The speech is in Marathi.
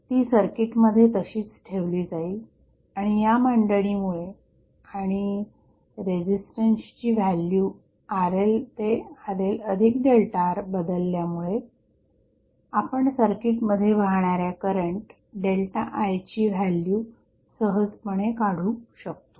ती सर्किटमध्ये तशीच ठेवली जाईल आणि या मांडणीमुळे आणि रेझिस्टन्सची व्हॅल्यू RL ते RLΔR बदलल्यामुळे आपण सर्किटमध्ये वाहणाऱ्या करंट ΔI ची व्हॅल्यू सहजपणे काढू शकतो